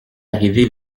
arrivé